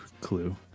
clue